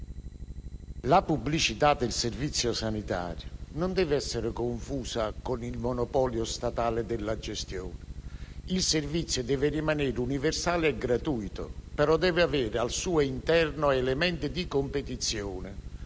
La pubblicità del Servizio sanitario non deve essere confusa con il monopolio statale della gestione. Il servizio deve rimanere universale e gratuito, ma deve avere, al suo interno, elementi di competizione,